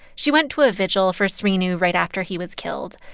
she went to a vigil for srinu right after he was killed,